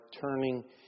turning